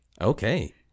Okay